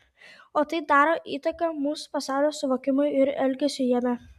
o tai daro įtaką mūsų pasaulio suvokimui ir elgesiui jame